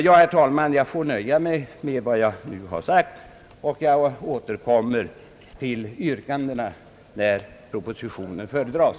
Ja, herr talman, jag får nöja mig med vad jag nu sagt och återkomma till yr: kandena när bevillningsutskottets betänkande föredras.